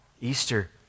Easter